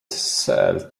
sell